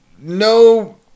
No